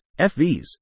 FVs